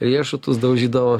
riešutus daužydavo